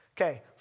Okay